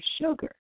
sugar